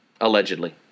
allegedly